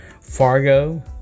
Fargo